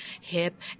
hip